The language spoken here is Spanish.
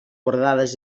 bordadas